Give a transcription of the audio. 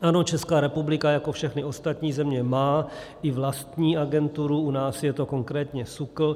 Ano, Česká republika jako všechny ostatní země má i vlastní agenturu, u nás je to konkrétně SÚKL.